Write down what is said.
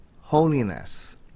holiness